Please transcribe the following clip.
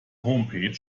homepage